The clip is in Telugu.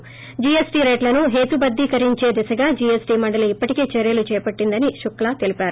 జీఎస్టీ రేట్లను హేతుబద్దీకరించే దిశగా జీఎస్టీ మండలి ఇప్పటికె చర్యలు చేపట్టిందని శుక్లా తెలిపారు